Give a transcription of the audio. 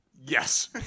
Yes